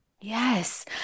Yes